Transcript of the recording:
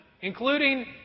including